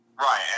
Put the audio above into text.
Right